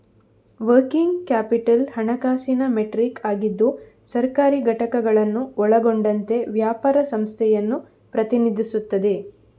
working capital ಹಣಕಾಸಿನ metric ಆಗಿದ್ದು ಸರ್ಕಾರಿ ಘಟಕಗಳನ್ನು ಒಳಗೊಂಡಂತೆ ವ್ಯಾಪಾರ ಸಂಸ್ಥೆಯನ್ನು ಪ್ರತಿನಿಧಿಸುತ್ತದೆ